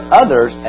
others